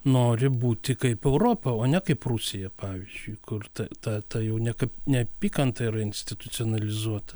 nori būti kaip europa o ne kaip rusija pavyzdžiui kur ta ta ta jau ne neapykanta yra institucionalizuota